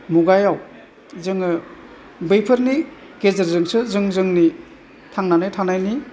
मुगायाव जोङो बैफोरनि गेजरजोंसो जों जोंनि थांनानै थानायनि